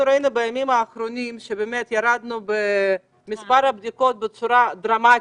ראינו בימים האחרונים שירדנו במספר הבדיקות בצורה דרמטית,